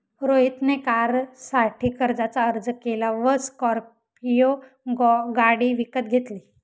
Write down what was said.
रोहित ने कारसाठी कर्जाचा अर्ज केला व स्कॉर्पियो गाडी विकत घेतली